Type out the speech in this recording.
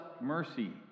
mercy